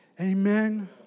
Amen